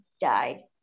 died